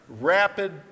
rapid